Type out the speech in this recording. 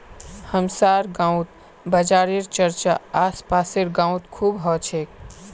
हमसार गांउत बाजारेर चर्चा आस पासेर गाउत खूब ह छेक